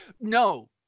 No